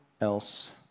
else